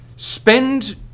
spend